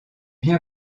bien